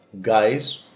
guys